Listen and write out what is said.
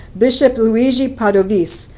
bishop luigi padovese,